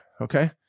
Okay